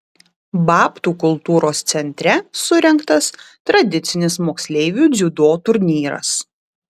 babtų kultūros centre surengtas tradicinis moksleivių dziudo turnyras